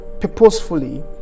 purposefully